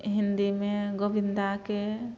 हिन्दीमे गोबिन्दाके